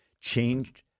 Changed